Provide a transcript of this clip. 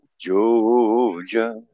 Georgia